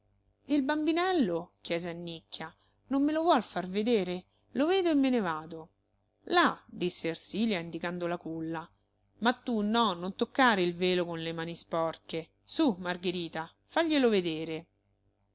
il bambinello chiese annicchia non me lo vuol far vedere lo vedo e me ne vado là disse ersilia indicando la culla ma tu no non toccare il velo con le mani sporche su margherita faglielo vedere